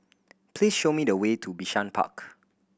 please show me the way to Bishan Park